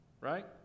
right